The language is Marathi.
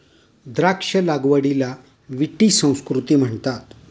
द्राक्ष लागवडीला विटी संस्कृती म्हणतात